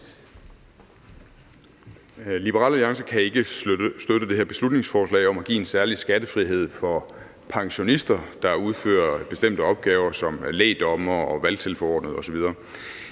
Liberal Alliance kan ikke støtte det her beslutningsforslag om at give en særlig skattefrihed for pensionister, der udfører bestemte opgaver som lægdommere, valgtilforordnede osv.